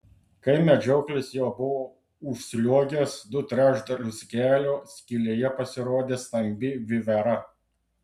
kai medžioklis jau buvo užsliuogęs du trečdalius kelio skylėje pasirodė stambi vivera